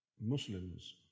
muslims